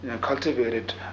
cultivated